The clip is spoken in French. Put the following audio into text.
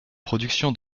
production